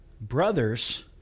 Brothers